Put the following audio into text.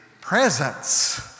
presence